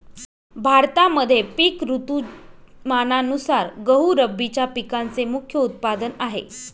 भारतामध्ये पिक ऋतुमानानुसार गहू रब्बीच्या पिकांचे मुख्य उत्पादन आहे